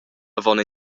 avon